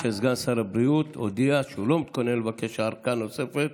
ואנחנו שמחים שסגן שר הבריאות הודיע שהוא לא מתכונן לבקש ארכה נוספת